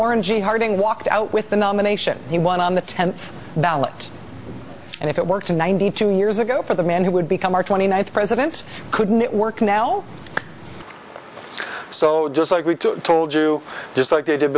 warren g harding walked out with the nomination he won on the tenth ballot and it worked in ninety two years ago for the man who would become our twenty ninth president couldn't it work now so just like we told you just like they did